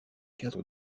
cadre